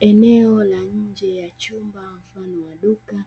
Eneo la nje ya chumba mfano wa duka